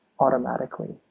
automatically